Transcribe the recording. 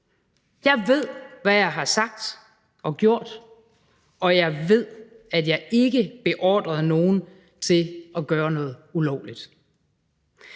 Jeg ved, hvad jeg har sagt og gjort, og jeg ved, at jeg ikke beordrede nogen til at gøre noget ulovligt.